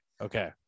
okay